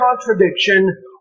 contradiction